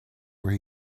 where